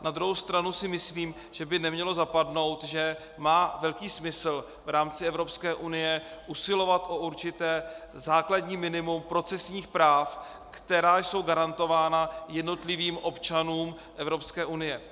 Na druhou stranu si myslím, že by nemělo zapadnout, že má velký smysl v rámci Evropské unie usilovat o určité základní minimum procesních práv, která jsou garantována jednotlivým občanům Evropské unie.